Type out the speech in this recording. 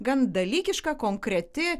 gan dalykiška konkreti